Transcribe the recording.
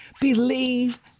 believe